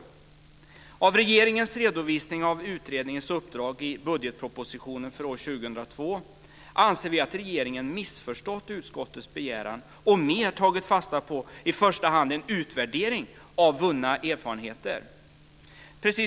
Utifrån regeringens redovisning av utredningens uppdrag i budgetpropositionen för år 2002 drar vi slutsatsen att regeringen missförstått utskottets begäran och gått in för att utvärdera gjorda erfarenheter.